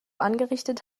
angerichtet